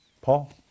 Paul